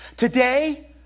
Today